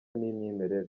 n’imyemerere